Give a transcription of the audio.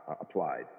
applied